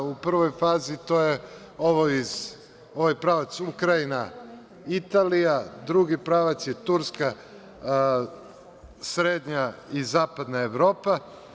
U prvoj fazi je ovaj pravac Ukrajina, Italija, drugi pravac je Turska, srednja i zapadna Evropa.